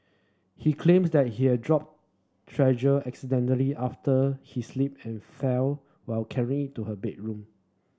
he claimed that he had dropped treasure accidentally after he slipped and fell while carry it to her bedroom